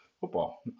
football